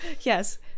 Yes